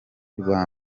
rwa